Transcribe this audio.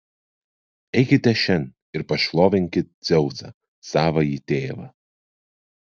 eikite šen ir pašlovinkit dzeusą savąjį tėvą